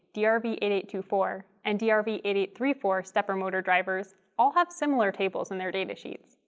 d r v eight eight two four, and d r v eight eight three four stepper motor drivers all have similar tables in their datasheets.